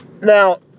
Now